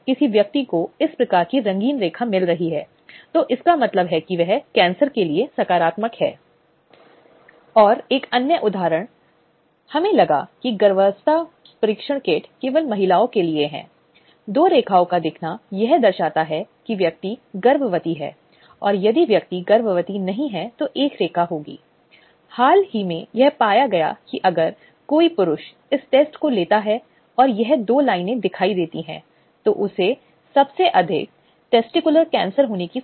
आपको उचित उपायों की तलाश करने में सक्षम होना चाहिए लेकिन इसका मतलब यह नहीं है कि आप दिए जाने के लिए एक विशेष उपाय पर जोर दे सकते हैं लेकिन आपकी कार्रवाई परिणामी कार्रवाई है आपके पास इसके खिलाफ प्रभावी उपाय हैं इसलिए इसे आपकी सुरक्षा को सुरक्षित करना चाहिए और साथ ही यह सुनिश्चित करना चाहिए कि दूसरे पक्ष के खिलाफ प्रभावी कार्रवाई की गई है